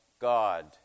God